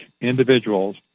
individuals